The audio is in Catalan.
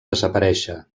desaparèixer